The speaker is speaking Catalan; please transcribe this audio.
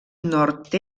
nord